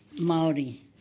Maori